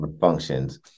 functions